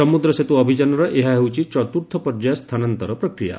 ସମୁଦ୍ର ସେତୁ ଅଭିଯାନରେ ଏହା ହେଉଛି ଚତୁର୍ଥ ପର୍ଯ୍ୟାୟ ସ୍ଥାନାନ୍ତର ପ୍ରକ୍ରିୟା